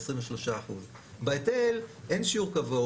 23%. בהיטל אין שיעור קבוע.